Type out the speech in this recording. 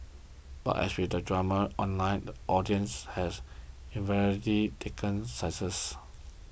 and as with all drama online the audience has invariably taken sides